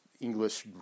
English